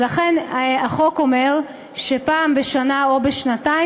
לכן החוק אומר שפעם בשנה או בשנתיים